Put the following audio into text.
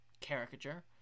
caricature